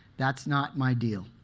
that's not my deal.